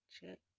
check